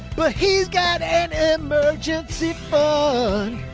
but he's got an emergency phone,